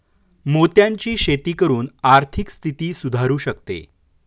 मोत्यांची शेती करून आर्थिक स्थिती सुधारु शकते